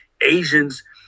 Asians